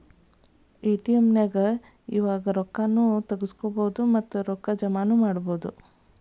ATM ನ್ಯಾಗ್ ಇವಾಗ ರೊಕ್ಕಾ ನು ತಗ್ಸ್ಕೊಬೊದು ಮತ್ತ ರೊಕ್ಕಾ ಜಮಾನು ಮಾಡ್ಬೊದು